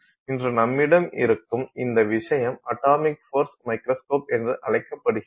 இன்று நம்மிடம் இருக்கும் இந்த விஷயம் அட்டாமிக் ஃபோர்ஸ் மைக்ரோஸ்கோப் என்று அழைக்கப்படுகிறது